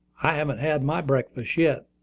i haven't had my breakfast yet,